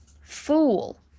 fool